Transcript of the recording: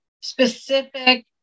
specific